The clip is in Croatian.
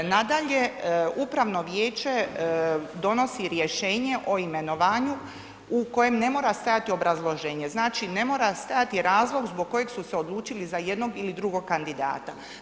Nadalje, upravno vijeće donosi rješenje o imenovanju u kojem ne mora stajati obrazloženje, znači ne mora stajati razlog zbog kojeg su se odlučili za jednog ili drugog kandidata.